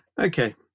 Okay